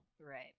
Right